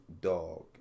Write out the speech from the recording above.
dog